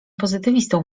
pozytywistą